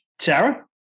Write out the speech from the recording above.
Sarah